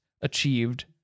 achieved